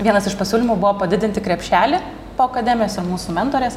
vienas iš pasiūlymų buvo padidinti krepšelį po akademijos ir mūsų mentorės